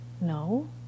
No